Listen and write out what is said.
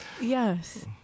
Yes